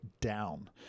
down